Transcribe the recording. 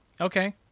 okay